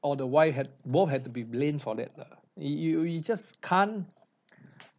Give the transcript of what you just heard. or the wife had both had to be blamed for that lah you you you just can't